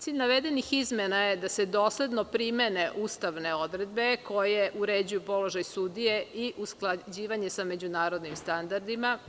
Cilj navedenih izmena je da se dosledno primene ustavne odredbe koje uređuju položaj sudije i usklađivanje sa međunarodnim standardima.